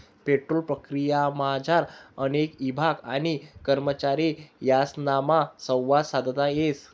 petrol प्रक्रियामझार अनेक ईभाग आणि करमचारी यासनामा संवाद साधता येस